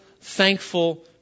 thankful